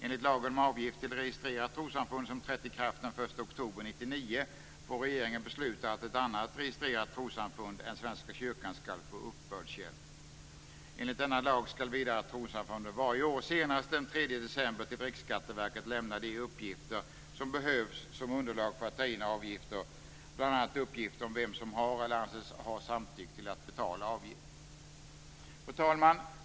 Enligt lagen om avgift till registrerat trossamfund, som trätt i kraft den 1 oktober 1999, får regeringen besluta att annat registrerat trossamfund än Svenska kyrkan ska få uppbördshjälp. Enligt denna lag ska vidare trossamfunden varje år senast den 3 december till Riksskatteverket lämna de uppgifter som behövs som underlag för att ta in avgifterna, bl.a. uppgift om vem som har eller anses ha samtyckt till att betala avgift. Fru talman!